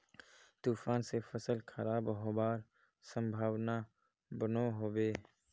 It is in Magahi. तूफान से फसल खराब होबार संभावना बनो होबे?